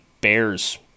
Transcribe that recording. Bears